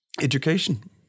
education